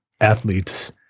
athletes